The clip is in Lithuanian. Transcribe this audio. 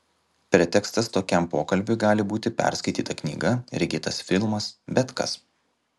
pretekstas tokiam pokalbiui gali būti perskaityta knyga regėtas filmas bet kas